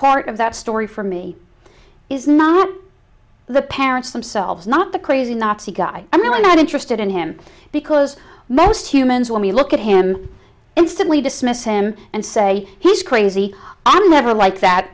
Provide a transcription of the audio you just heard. part of that story for me is not the parents themselves not the crazy guy i'm really not interested in him because most humans when we look at him instantly dismiss him and say he's crazy i'm never like that